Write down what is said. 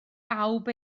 bawb